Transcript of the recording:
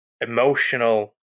emotional